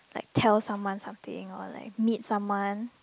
like tell someone something or like meet someone